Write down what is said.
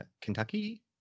kentucky